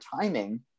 timing